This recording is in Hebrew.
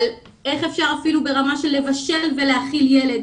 איך אפשר אפילו ברמה של בישול ולהאכיל ילד,